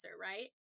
right